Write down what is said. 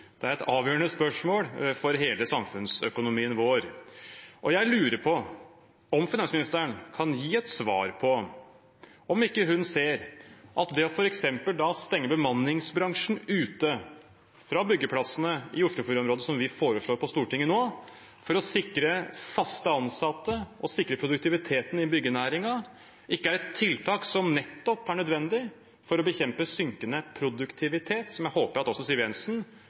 Det er et avgjørende spørsmål for hele samfunnsøkonomien vår. Og jeg lurer på om finansministeren kan gi et svar på om hun ikke ser at f.eks. det å stenge bemanningsbransjen ute fra byggeplassene i Oslofjord-området – som vi foreslår i Stortinget nå, for å sikre fast ansatte og sikre produktiviteten i byggenæringen – er et tiltak som nettopp er nødvendig for å bekjempe synkende produktivitet, som jeg håper at også Siv Jensen